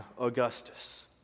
Augustus